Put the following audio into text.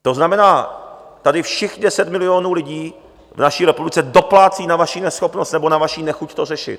To znamená, tady všech 10 milionů lidí v naší republice doplácí na vaší neschopnost nebo na vaši nechuť to řešit.